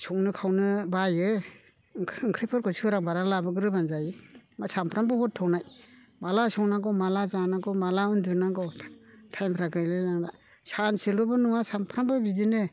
संनो खावनो बायो ओंख्रिफोरखौ सोरां बारां लाबोग्रोबानो जायो मा सानफ्रोमबो हर थौनाय माब्ला संनांगौ माब्ला जानांगौ माब्ला उन्दुनांगौ टाइमफ्रा गैलाय लांला सानसेलबो नङा सानफ्रोमबो बिदिनो